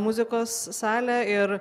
muzikos salę ir